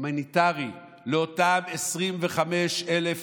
הומניטרי לאותם 25,000 אנשים,